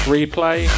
Replay